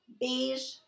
beige